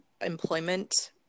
employment